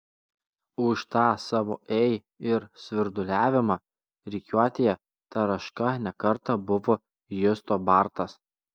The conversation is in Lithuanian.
už tą savo ei ir svirduliavimą rikiuotėje taraška ne kartą buvo justo bartas